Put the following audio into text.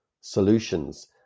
solutions